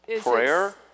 Prayer